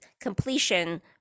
completion